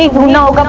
will not